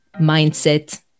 mindset